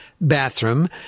bathroom